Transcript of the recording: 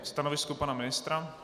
Stanovisko pana ministra?